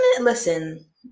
Listen